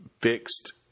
fixed